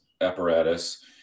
apparatus